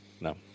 No